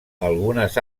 algunes